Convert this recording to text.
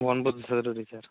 ஒன்பது சதுரடி சார்